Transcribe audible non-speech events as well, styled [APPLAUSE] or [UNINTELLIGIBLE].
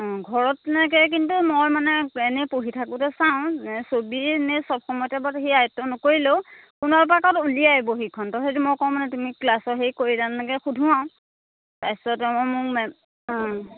অঁ ঘৰত তেনেকৈ কিন্তু মই মানে এনেই পঢ়ি থাকোঁতে চাওঁ ছবি ইনেই চব সময়তে সি আয়ত্ব নকৰিলেও কোনোবা এপাকত উলিয়াই বহীখন ত' সেইটো মই কওঁ মানে তুমি ক্লাছৰ হেৰি কৰিলা তেনেকৈ মই সোধোঁ আৰু তাৰ পিছত [UNINTELLIGIBLE] অঁ